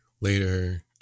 later